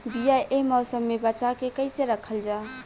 बीया ए मौसम में बचा के कइसे रखल जा?